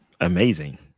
Amazing